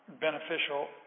beneficial